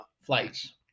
flights